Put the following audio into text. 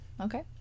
okay